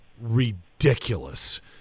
ridiculous